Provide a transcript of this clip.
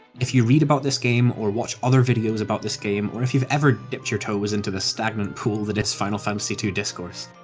if you read about this game, or watch other videos about this game, or if you've ever dipped your toes into the stagnant pool that is final fantasy ii discourse,